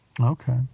Okay